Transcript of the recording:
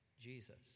Jesus